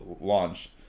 launch